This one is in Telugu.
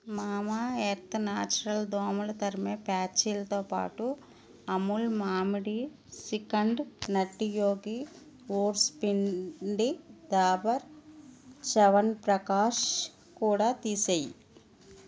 మామా ఎర్త్ న్యాచురల్ దోమలు తరిమే ప్యాచీలతో పాటు అమూల్ మామిడి సిఖండ్ నట్టీ యోగి ఓట్స్ పిండి డాబర్ చ్యవన్ప్రాష్ కూడా తీసేయి